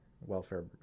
welfare